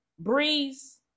Breeze